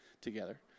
together